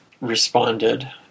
responded